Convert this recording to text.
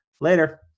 Later